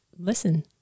listen